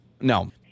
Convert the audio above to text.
No